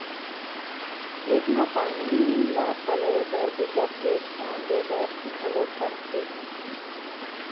खेत म पानी ल पलोए बर बिकट के धियान देबर घलोक परथे